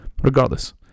Regardless